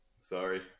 Sorry